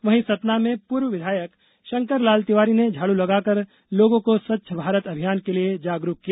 वहीं सतना में पूर्व विधायक शंकरलाल तिवारी ने झाड़ू लगाकर लोगों को स्वच्छ भारत अभियान के लिए जागरूक किया